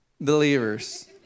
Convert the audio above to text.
Believers